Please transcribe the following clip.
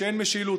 שאין משילות.